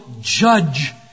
judge